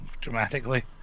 dramatically